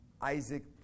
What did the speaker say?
Isaac